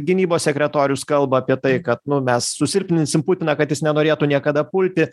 gynybos sekretorius kalba apie tai kad nu mes susilpninsim putiną kad jis nenorėtų niekada pulti